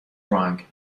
wrong